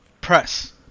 press